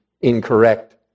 incorrect